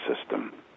system